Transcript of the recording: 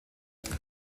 durch